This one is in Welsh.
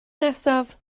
nesaf